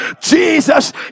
Jesus